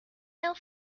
male